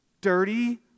dirty